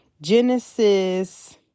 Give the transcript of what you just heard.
Genesis